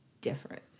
different